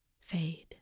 Fade